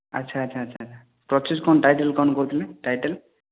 ଆଚ୍ଛା ଆଚ୍ଛା ଆଚ୍ଛା ଆଚ୍ଛା ପ୍ରତ୍ୟୁଷ କ'ଣ ଟାଇଟେଲ୍ କ'ଣ କହୁଥିଲେ ଟାଇଟେଲ୍